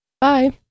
bye